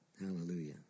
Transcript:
Hallelujah